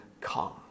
Come